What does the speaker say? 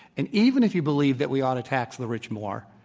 and even if you believe that we ought to tax the rich more,